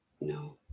no